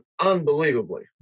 unbelievably